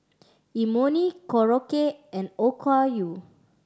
Imoni Korokke and Okayu